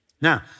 Now